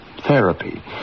therapy